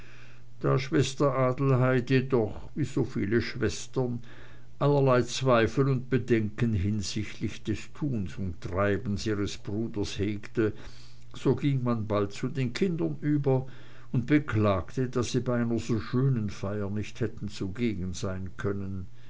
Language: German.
da schwester adelheid jedoch wie so viele schwestern allerlei zweifel und bedenken hinsichtlich des tuns und treibens ihres bruders hegte so ging man bald zu den kindern über und beklagte daß sie bei einer so schönen feier nicht hätten zugegen sein können